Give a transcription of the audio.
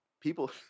people